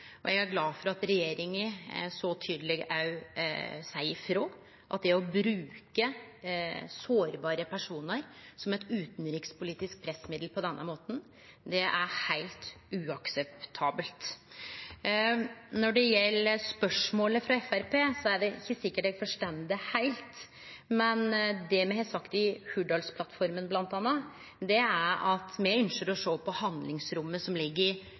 Eg er glad for at regjeringa så tydeleg seier frå om at det å bruke sårbare personar som eit utanrikspolitisk pressmiddel på denne måten er heilt uakseptabelt. Når det gjeld spørsmålet frå Framstegspartiet, er det ikkje sikkert eg forstod det heilt, men det me har sagt i bl.a. Hurdalsplattforma, er at me ynskjer å sjå på handlingsrommet som ligg i